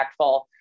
impactful